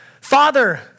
Father